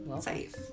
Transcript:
safe